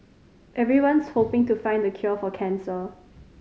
everyone's hoping to find the cure for cancer